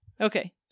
Okay